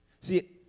see